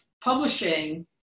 publishing